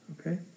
Okay